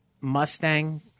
Mustang